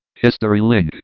history link.